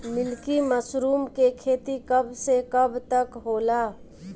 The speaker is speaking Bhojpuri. मिल्की मशरुम के खेती कब से कब तक होला?